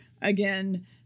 again